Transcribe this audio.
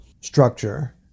structure